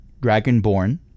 dragonborn